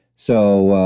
so,